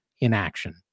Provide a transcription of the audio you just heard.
inaction